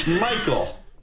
Michael